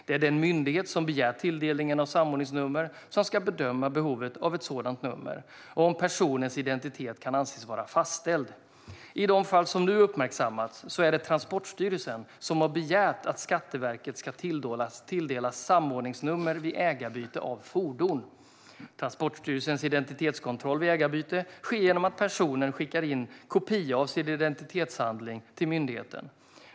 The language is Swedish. Det är den myndighet som begär tilldelning av samordningsnummer som ska bedöma behovet av ett sådant nummer och om personens identitet kan anses vara fastställd. I de fall som nu uppmärksammats är det Transportstyrelsen som har begärt att Skatteverket ska tilldela samordningsnummer vid ägarbyte av fordon. Transportstyrelsens identitetskontroll vid ägarbyte sker genom att personen skickar in en kopia av sin identitetshandling till myndigheten.